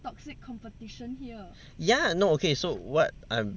ya no okay so what I'm